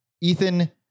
Ethan